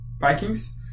Vikings